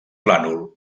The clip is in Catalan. plànol